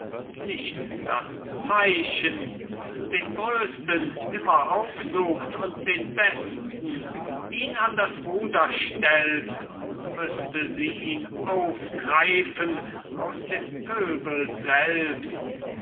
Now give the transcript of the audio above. nicht das zeichen den größten immer aufsucht und den besten ihn an das ruder stellt und müßte sie ihn aufgreifen aus dem pöbel selbst